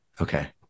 Okay